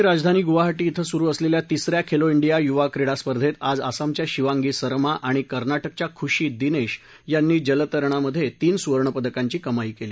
आसामची राजधानी गुवाहारी इथं सुरु असलेल्या तिसऱ्या खेलो इंडिया युवा क्रीडा स्पर्धेत आज आसामच्या शिवांगी सरमा आणि कर्ना काच्या खुशी दिनेश यांनी जलतरणामधे तीन सुवर्णपदकांची कमाई केली